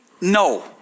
No